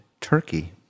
Turkey